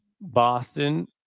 Boston